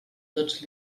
tots